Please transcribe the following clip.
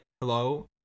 hello